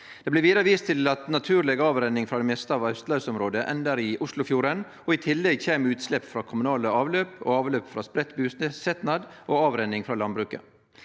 Det blir vidare vist til at naturleg avrenning frå det meste av austlandsområdet endar i Oslofjorden, og i tillegg kjem utslepp frå kommunale avløp og avløp frå spreidd busetnad og avrenning frå landbruket.